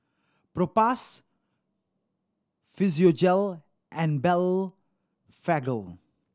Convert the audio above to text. Propass Physiogel and Blephagel